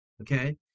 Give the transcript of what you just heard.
okay